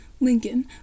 Lincoln